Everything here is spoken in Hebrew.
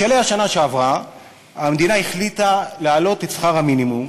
בשלהי השנה שעברה החליטה המדינה להעלות את שכר המינימום,